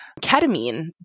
ketamine